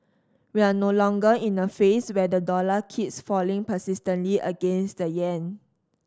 we're no longer in a phase where the dollar keeps falling persistently against the yen